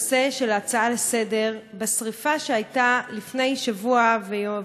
לסדר-היום בשרפה שהייתה לפני שבוע וכמה ימים,